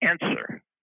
answer